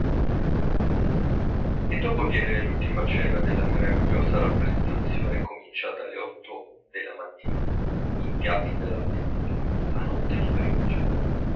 e dopo vien l'ultima scena della meravigliosa rappresentazione cominciata alle otto della mattina in piazza della bastiglia la notte di parigi